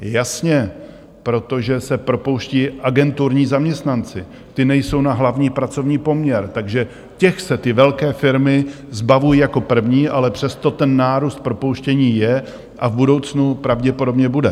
Jasně, protože se propouštějí agenturní zaměstnanci, ti nejsou na hlavní pracovní poměr, takže těch se ty velké firmy zbavují jako prvních, ale přesto nárůst propouštění je a v budoucnu pravděpodobně bude.